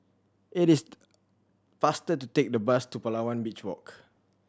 it is faster to take the bus to Palawan Beach Walk